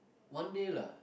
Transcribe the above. one day lah